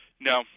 No